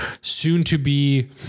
soon-to-be